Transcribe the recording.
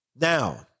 Now